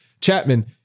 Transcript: Chapman